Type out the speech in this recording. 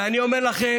ואני אומר לכם,